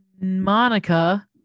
Monica